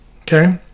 Okay